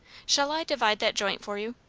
shall i divide that joint for you?